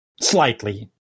slightly